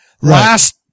Last